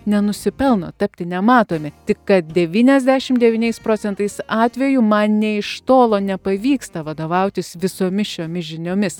nenusipelno tapti nematomi tik kad devyniasdešimt devyniais procentais atvejų man nė iš tolo nepavyksta vadovautis visomis šiomis žiniomis